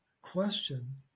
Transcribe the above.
question